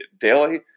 daily